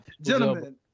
gentlemen